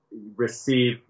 receive